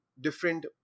different